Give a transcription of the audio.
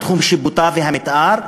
בתחום השיפוט והמתאר שלה.